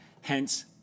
hence